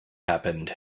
happened